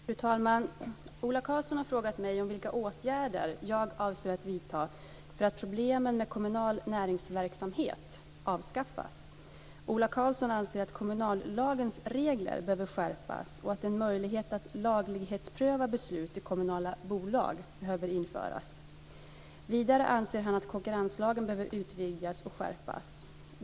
Fru talman! Ola Karlsson har frågat mig om vilka åtgärder jag avser att vidta för att problemen med kommunal näringsverksamhet ska kunna avskaffas. Ola Karlsson anser att kommunallagens regler behöver skärpas och att en möjlighet att laglighetspröva beslut i kommunala bolag behöver införas. Vidare anser han att konkurrenslagen behöver utvidgas och skärpas.